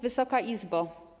Wysoka Izbo!